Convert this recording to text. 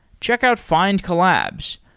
check out findcollabs.